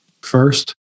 first